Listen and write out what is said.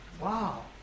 wow